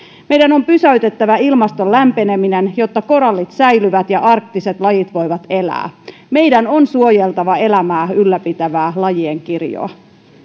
meidän on pysäytettävä ilmaston lämpeneminen jotta korallit säilyvät ja arktiset lajit voivat elää meidän on suojeltava elämää ylläpitävää lajien kirjoa